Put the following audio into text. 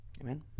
Amen